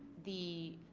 the